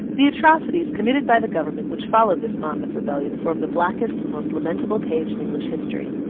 the atrocities, committed by the government, which followed this monmouth rebellion, form the blackest and most lamentable page in english history.